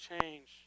change